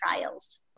trials